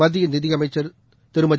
மத்திய நிதியமைச்சர் திருமதி